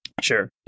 Sure